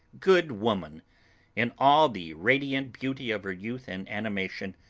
good woman in all the radiant beauty of her youth and animation,